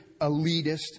elitist